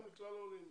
גם לכלל העולים.